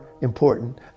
important